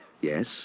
Yes